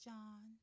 John